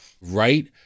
right